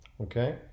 Okay